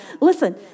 Listen